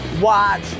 watch